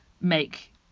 make